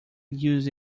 used